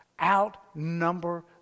Outnumber